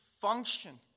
function